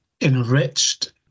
enriched